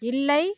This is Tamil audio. இல்லை